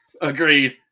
Agreed